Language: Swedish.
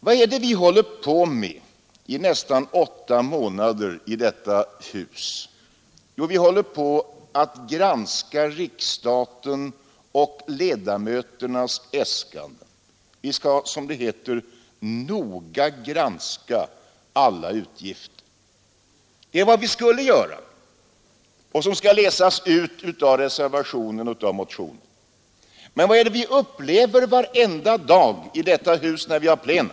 Vad är det vi håller på med i detta hus under nära åtta månader? Jo, vi håller på med att granska riksstaten och ledamöternas äskanden. Eller det är vad vi skulle göra, enligt vad som kan utläsas ur motioner och reservationer. Men vad är det vi upplever varenda dag i detta hus när vi har plenum?